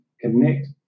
connect